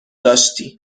داشتی